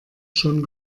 schon